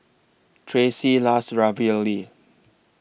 Tracee loves Ravioli